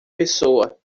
pessoa